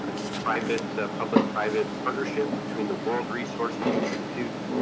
it's a private public-private partnership between the world resources institute,